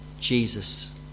Jesus